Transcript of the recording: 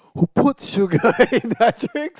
who puts sugar in that drinks